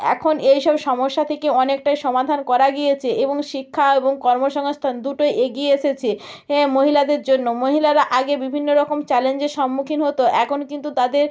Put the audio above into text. এখন এই সব সমস্যা থেকে অনেকটাই সমাধান করা গিয়েছে এবং শিক্ষা এবং কর্মসংস্থান দুটোই এগিয়ে এসেছে এ মহিলাদের জন্য মহিলারা আগে বিভিন্ন রকম চ্যালেঞ্জের সম্মুখীন হতো এখন কিন্তু তাদের